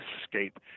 escape